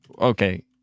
Okay